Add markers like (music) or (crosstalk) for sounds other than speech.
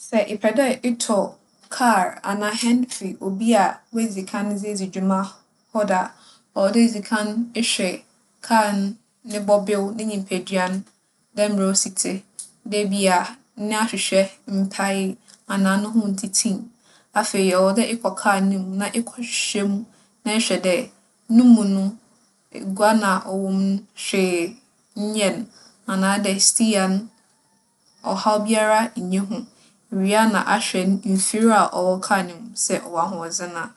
Sɛ epɛ dɛ etͻ kaar anaa hɛn (noise) fi obi a oedzi kan dze edzi dwuma hͻ da a, ͻwͻ dɛ idzi kan ehwɛ kaar no no bͻbew, ne nyimpadua no dɛ mbrɛ osi tse, dɛ bi a n'ahwehwɛ mpaa anaa no ho nntsitsii. Afei, ͻwͻ dɛ ekͻ kaar no mu na ekͻhwehwɛ mu na ehwɛ dɛ, no mu no, egua no a ͻwͻ mu no, hwee nnyɛɛ no anaadɛ stia no, ͻhaw biara nnyi ho. Iwie a na ahwɛ mfir a ͻwͻ kaar no mu sɛ ͻwͻ ahoͻdzen a.